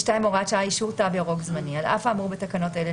"הוראת שעה 2.על אף האמור בתקנות אלה,